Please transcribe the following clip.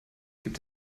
gibt